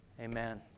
Amen